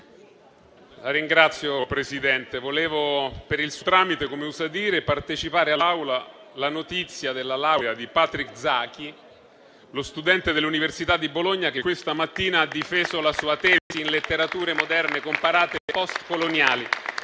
la ringrazio, per il suo tramite vorrei partecipare all'Assemblea la notizia della laurea di Patrick Zaki, lo studente dell'Università di Bologna che questa mattina ha difeso la sua tesi in letterature moderne comparate post-coloniali